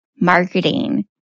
marketing